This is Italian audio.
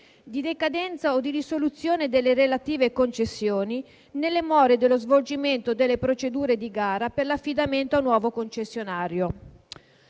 di decadenza o di risoluzione delle relative concessioni, nelle more dello svolgimento delle procedure di gara per l'affidamento a nuovo concessionario»...